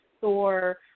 Thor